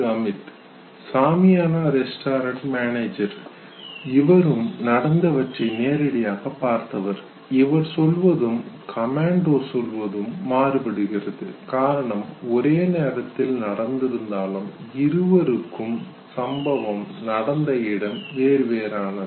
Amit Shamiana restaurant manager இவரும் நடந்தவற்றை நேரடியாகப் பார்த்தவர் இவர் சொல்வதும் கமெண்டோ சொல்வதும் மாறுபடுகிறது காரணம் ஒரேநேரத்தில் நடந்திருந்தாலும் இருவருக்கும் சம்பவம் நடந்த இடம் வேறு வேறானது